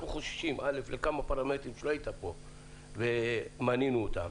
אנחנו חוששים לכמה פרמטרים שכשלא היית פה מנינו אותם: